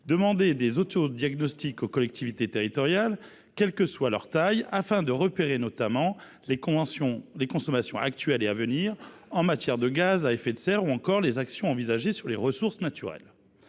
demander des autodiagnostics aux collectivités territoriales, quelle que soit leur taille, afin de repérer notamment les consommations actuelles et à venir de gaz à effet de serre ou encore les actions envisagées sur les ressources naturelles.